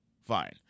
Fine